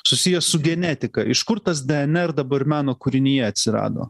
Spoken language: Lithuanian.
susijęs su genetika iš kur tas dnr dabar meno kūrinyje atsirado